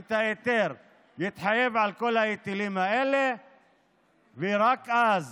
את ההיתר, יתחייב על כל ההיטלים האלה ורק אז